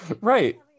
right